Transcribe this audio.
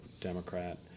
Democrat